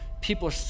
people